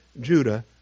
Judah